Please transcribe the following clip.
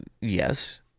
Yes